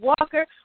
Walker